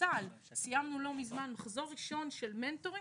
בצה"ל סיימנו לא מזמן מחזור ראשון של מנטורים